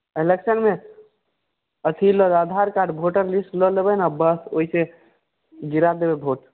इलेक्शनमे अथि लऽ Aadhaar card voter list लऽ लेबै ने बस ओहिसँ गिरा देबै भोट